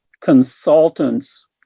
consultants